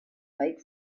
late